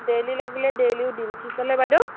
daily লাগিলে ডেইলিও দিম কি ক'লে বাইদউ